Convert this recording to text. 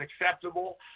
acceptable